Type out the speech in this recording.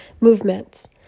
movements